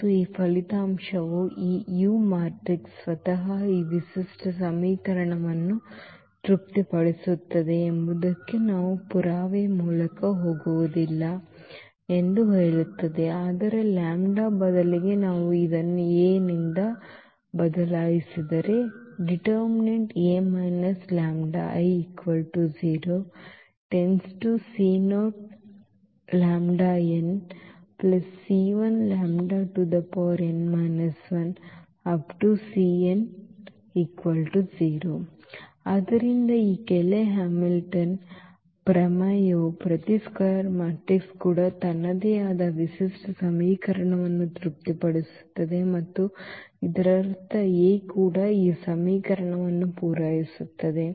ಮತ್ತು ಈ ಫಲಿತಾಂಶವು ಈ ಯು ಮ್ಯಾಟ್ರಿಕ್ಸ್ ಸ್ವತಃ ಈ ವಿಶಿಷ್ಟ ಸಮೀಕರಣವನ್ನು ತೃಪ್ತಿಪಡಿಸುತ್ತದೆ ಎಂಬುದಕ್ಕೆ ನಾವು ಪುರಾವೆಯ ಮೂಲಕ ಹೋಗುವುದಿಲ್ಲ ಎಂದು ಹೇಳುತ್ತದೆ ಅಂದರೆ λ ಬದಲಿಗೆ ನಾವು ಇದನ್ನು A ನಿಂದ ಬದಲಾಯಿಸಿದರೆ ಆದ್ದರಿಂದ ಈ ಕೇಲೆ ಹ್ಯಾಮಿಲ್ಟನ್ ಪ್ರಮೇಯವು ಪ್ರತಿ ಚದರ ಮ್ಯಾಟ್ರಿಕ್ಸ್ ಕೂಡ ತನ್ನ ವಿಶಿಷ್ಟ ಸಮೀಕರಣವನ್ನು ತೃಪ್ತಿಪಡಿಸುತ್ತದೆ ಮತ್ತು ಇದರರ್ಥ A ಕೂಡ ಈ ಸಮೀಕರಣವನ್ನು ಪೂರೈಸುತ್ತದೆ